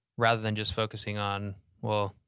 rather than just focusing on well,